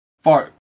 fart